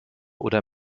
oder